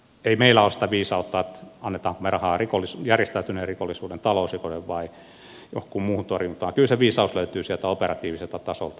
ei meillä ole sitä viisautta annammeko me rahaa järjestäytyneen rikollisuuden talousrikollisuuden vai jonkin muun torjuntaan kyllä se viisaus löytyy sieltä operatiiviselta tasolta ja päälliköiltä